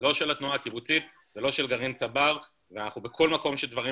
לא של התנועה הקיבוצית ולא של גרעין צבר ובכל מקום שדברים